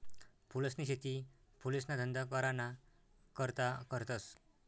फूलसनी शेती फुलेसना धंदा कराना करता करतस